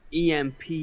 emp